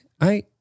I-